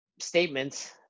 statements